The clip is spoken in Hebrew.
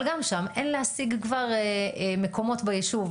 אבל גם שם אין להשיג כבר מקומות ביישוב.